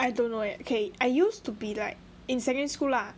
I don't know eh okay I used to be like in secondary school lah